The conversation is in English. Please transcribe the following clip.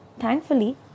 thankfully